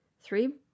three